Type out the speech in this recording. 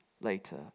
later